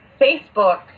Facebook